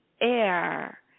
air